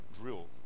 drill